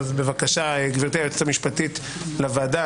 גברתי היועצת המשפטית לוועדה,